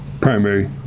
primary